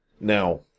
Now